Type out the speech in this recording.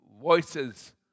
voices